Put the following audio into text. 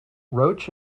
roach